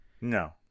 No